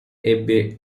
ebbe